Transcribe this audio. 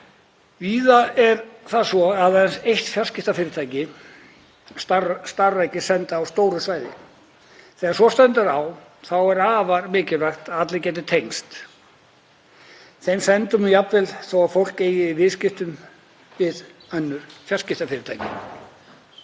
Víða er það svo að aðeins eitt fjarskiptafyrirtæki starfrækir senda á stóru svæði. Þegar svo stendur á er afar mikilvægt að allir geti tengst þeim sendum, jafnvel þótt fólk eigi í viðskiptum við önnur fjarskiptafyrirtæki.